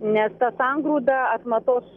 nes tą sangrūdą atmatos